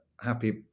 happy